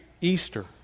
Easter